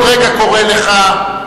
חבר הכנסת גפני, אני עוד רגע קורא לך,